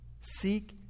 seek